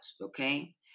okay